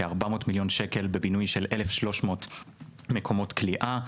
כ-400 מיליון שקל בבינוי של 1,300 מקומות כליאה.